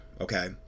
okay